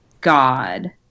God